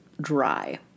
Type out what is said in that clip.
dry